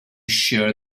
shear